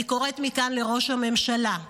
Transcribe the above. אני קוראת מכאן לראש הממשלה: